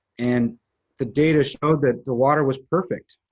and the data showed that the water was perfect,